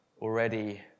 already